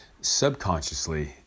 subconsciously